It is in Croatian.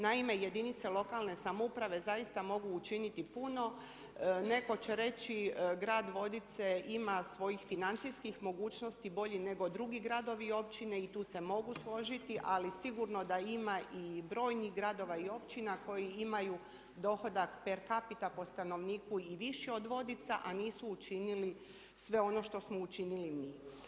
Naime, jedinice lokalne samouprave, zaista mogu učiniti puno, netko će reći grad Vodice ima svojih financijskih mogućnosti bolji nego drugi gradovi i općine i tu se mogu složiti, ali sigurno da ima i brojnih gradova i općina koji imaju dohodak per capita po stanovniku i viši od Vodica, a nisu učinili sve ono što smo učinili mi.